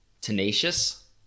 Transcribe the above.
tenacious